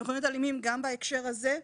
הם יכולים להיות אלימים גם בהקשר הזה,